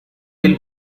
will